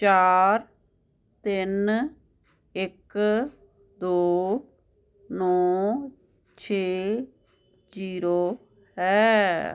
ਚਾਰ ਤਿੰਨ ਇੱਕ ਦੋ ਨੌ ਛੇ ਜ਼ੀਰੋ ਹੈ